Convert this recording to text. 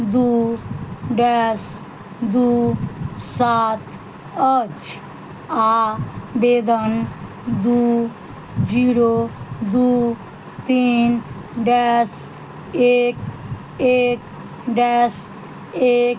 दुइ डैस दुइ सात अछि आवेदन दुइ जीरो दुइ तीन डैस एक एक डैस एक